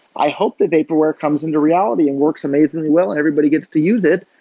i hope that vaporware comes into reality and works amazingly well and everybody gets to use it,